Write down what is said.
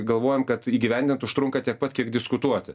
galvojam kad įgyvendint užtrunka tiek pat kiek diskutuoti